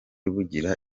bugira